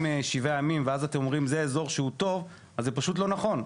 שבעה ימים ואז אתם אומרים שזה אזור שהוא טוב אז זה פשוט לא נכון.